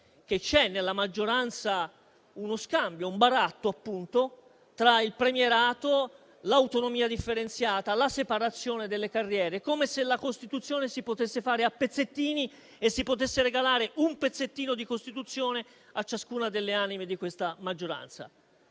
che c'è nella maggioranza uno scambio, un baratto appunto, tra il premierato, l'autonomia differenziata e la separazione delle carriere, come se la Costituzione si potesse fare a pezzettini e si potesse regalare un pezzettino di Costituzione a ciascuna delle anime di questa maggioranza.